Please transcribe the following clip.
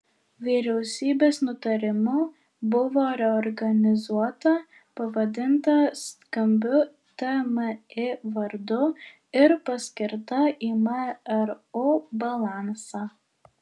vyriausybės nutarimu buvo reorganizuota pavadinta skambiu tmi vardu ir paskirta į mru balansą